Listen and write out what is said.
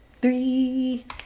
three